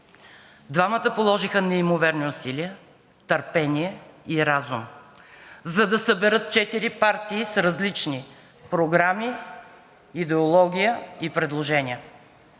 Двамата положиха неимоверни усилия, търпение и разум, за да съберат четири партии с различни програми, идеология и предложения.